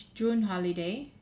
june holiday